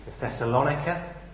Thessalonica